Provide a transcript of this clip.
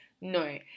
No